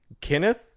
Kenneth